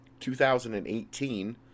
2018